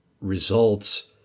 results